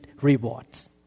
rewards